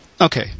Okay